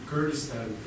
Kurdistan